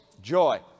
joy